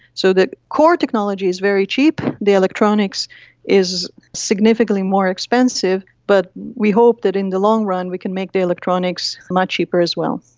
so the core technology is very cheap, the electronics is significantly more expensive but we hope that in the long run we can make the electronics much cheaper as well.